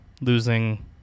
losing